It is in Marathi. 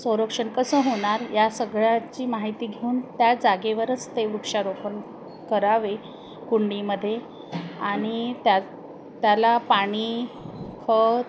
संरक्षण कसं होणार या सगळ्याची माहिती घेऊन त्या जागेवरच ते वृक्षारोपण करावे कुंडीमध्ये आणि त्या त्याला पाणी खत